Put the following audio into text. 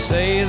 Say